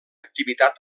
activitat